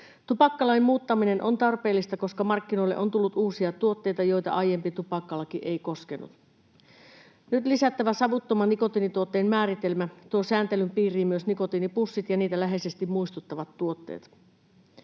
Tupakkalain muuttaminen on tarpeellista, koska markkinoille on tullut uusia tuotteita, joita aiempi tupakkalaki ei koskenut. Nyt lisättävä savuttoman nikotiinituotteen määritelmä tuo sääntelyn piiriin myös nikotiinipussit ja niitä läheisesti muistuttavat tuotteet.